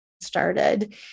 started